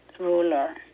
Ruler